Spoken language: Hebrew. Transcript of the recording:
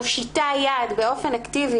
מושיטה יד באופן אקטיבי,